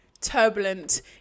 turbulent